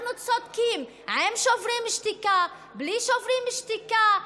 אנחנו צודקים עם שוברים שתיקה, בלי שוברים שתיקה.